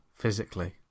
Physically